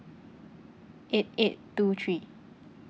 eight eight two three